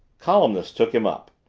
columnists took him up,